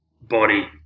body